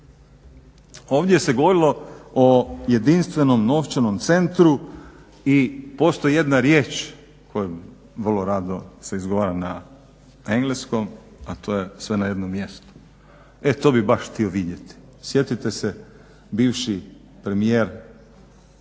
Ovdje se govorilo o jedinstvenom novčanom centru i postoji jedna riječ koju vrlo rado se izgovara na engleskom, a to je sve na jednom mjestu. E to bih baš htio vidjeti. Sjetite se bivši premijer,